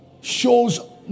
shows